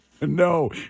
No